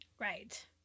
right